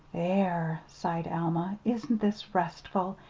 there! sighed alma. isn't this restful?